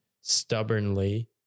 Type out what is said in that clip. stubbornly